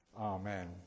Amen